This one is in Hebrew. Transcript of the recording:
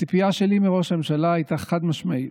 הציפייה שלי מראש הממשלה הייתה חד-משמעית: